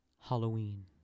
Halloween